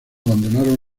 abandonaron